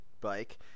bike